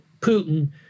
Putin